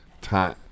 Time